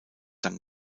dann